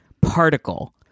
particle